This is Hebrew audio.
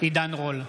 עידן רול,